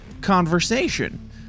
conversation